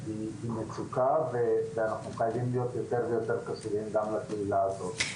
מצוקה ואנחנו חייבים להיות יותר ויותר קשובים גם לקהילה הזאת.